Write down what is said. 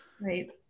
Right